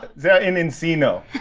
they're in encino.